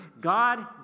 God